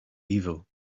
evil